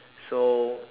so